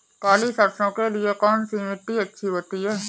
काली सरसो के लिए कौन सी मिट्टी अच्छी होती है?